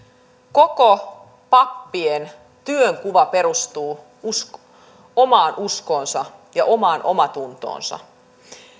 koko pappien työnkuva perustuu heidän omaan uskoonsa ja omaantuntoonsa